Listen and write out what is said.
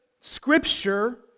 scripture